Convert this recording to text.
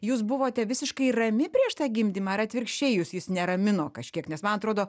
jūs buvote visiškai rami prieš tą gimdymą ar atvirkščiai jus jis neramino kažkiek nes man atrodo